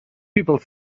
people